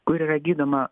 kur yra gydoma